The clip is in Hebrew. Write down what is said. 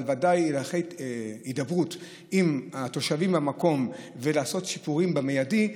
אבל ודאי את הליכי ההידברות עם התושבים במקום ולעשות שיפורים במיידי.